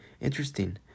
interesting